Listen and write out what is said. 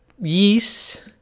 yeast